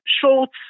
shorts